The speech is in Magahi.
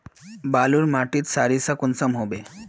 बालू माटित सारीसा कुंसम होबे?